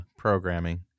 programming